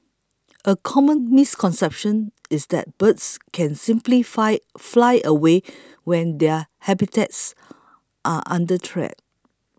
a common misconception is that birds can simply fine fly away when their habitats are under threat